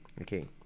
Okay